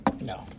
No